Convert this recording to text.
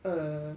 err